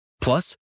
Plus